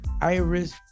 iris